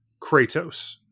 Kratos